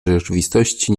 rzeczywistości